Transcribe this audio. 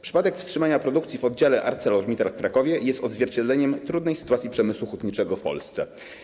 Przypadek wstrzymania produkcji w oddziale ArcelorMittal w Krakowie jest odzwierciedleniem trudnej sytuacji przemysłu hutniczego w Polsce.